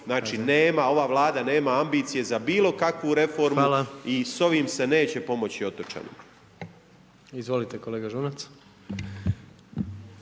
Znači nema, ova Vlada nema ambicije za bilo kakvu reformu i s ovime se neće pomoći otočanima. **Jandroković, Gordan